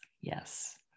Yes